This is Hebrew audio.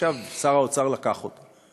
עכשיו שר האוצר לקח אותה.